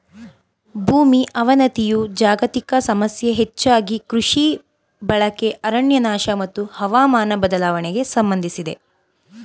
ಭೂಮಿ ಅವನತಿಯು ಜಾಗತಿಕ ಸಮಸ್ಯೆ ಹೆಚ್ಚಾಗಿ ಕೃಷಿ ಬಳಕೆ ಅರಣ್ಯನಾಶ ಮತ್ತು ಹವಾಮಾನ ಬದಲಾವಣೆಗೆ ಸಂಬಂಧಿಸಿದೆ